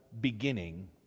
beginning